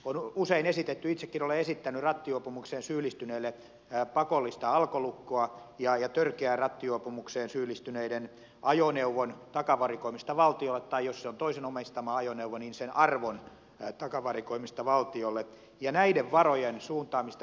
on usein esitetty itsekin olen esittänyt rattijuopumukseen syyllistyneelle pakollista alkolukkoa ja törkeään rattijuopumukseen syyllistyneiden ajoneuvon takavarikoimista valtiolle tai jos se on toisen omistama ajoneuvo niin sen arvon takavarikoimista valtiolle ja näiden varojen suuntaamista rikosuhrirahaston pääomaan